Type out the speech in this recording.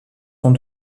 sont